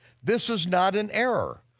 this is not an error,